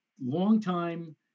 long-time